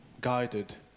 guided